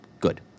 Good